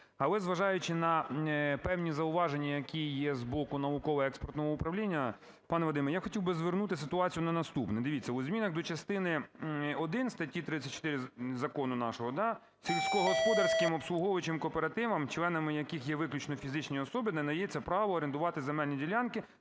Але зважаючи на певні зауваження, які є з боку науково-експертного управління, пане Вадиме, я хотів би звернути ситуацію на наступне. Дивіться, у змінах до частини 1 статті 34 закону нашого, сільськогосподарським обслуговуючим кооперативам, членами яких є виключно фізичні особи, надається право орендувати земельні ділянки